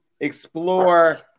explore